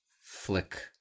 flick